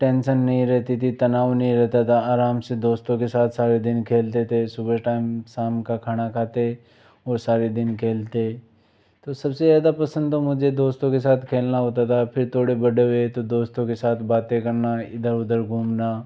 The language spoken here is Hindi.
टेंशन नहीं रहती थी तनाव नहीं रहता था आराम से दोस्तों के साथ सारे दिन खेलते थे सुबह टाइम शाम का खाना खाते और सारे दिन खेलते तो सबसे ज़्यादा पसंद तो मुझे दोस्तों के साथ खेलना होता था फिर थोड़े बड़े हुए तो दोस्तों के साथ बातें करना इधर उधर घूमना